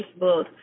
Facebook